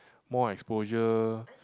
more exposure